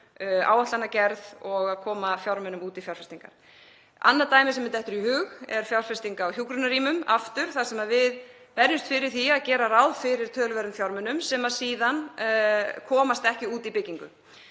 áætlanagerð og að koma fjármunum út í fjárfestingar. Annað dæmi sem mér dettur í hug er fjárfesting í hjúkrunarrýmum þar sem við berjumst fyrir því að gera ráð fyrir töluverðum fjármunum sem síðan komast ekki út í byggingu.